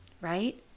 right